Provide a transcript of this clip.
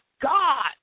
God